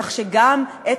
כך שגם את